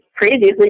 previously